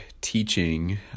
teaching